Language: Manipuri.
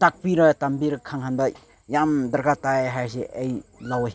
ꯇꯥꯛꯄꯤꯔꯒ ꯇꯝꯕꯤꯔꯒ ꯈꯪꯍꯟꯕ ꯌꯥꯝ ꯗꯔꯀꯥꯔ ꯇꯥꯏ ꯍꯥꯏꯁꯤ ꯑꯩ ꯂꯧꯋꯤ